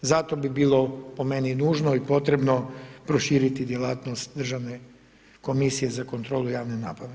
Zato bi bilo po meni nužno i potrebno prošiti djelatnost Državne komisije za kontrolu javne nabave.